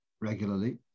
regularly